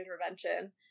intervention